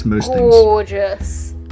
gorgeous